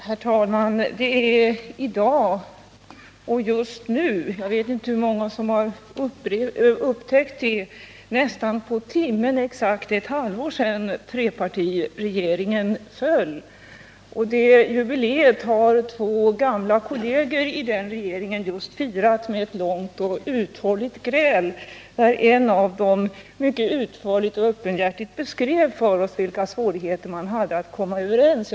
Herr talman! Det är i dag, just nu —jag vet inte hur många som upptäckt det — nästan på timmen exakt ett halvår sedan trepartiregeringen föll. Det jubileet har två gamla kolleger i den regeringen just firat med ett långt och uthålligt gräl, där en av dem mycket utförligt och öppenhjärtigt beskrev för oss vilka svårigheter man hade att komma överens.